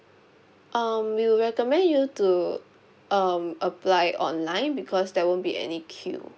um we will recommend you to um apply online because there won't be any queue